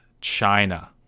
China